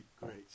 great